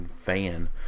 fan